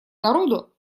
народу